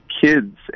kids